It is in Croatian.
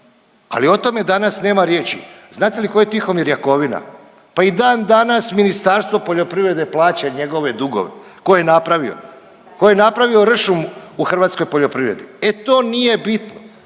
ali o tome danas nema riječi. Znate li tko je Tihomir Jakovina? Pa i dan danas Ministarstvo poljoprivrede plaća njegove dugove koje je napravio, koji je napravio ršum u hrvatskoj poljoprivredi. E to nije bitno.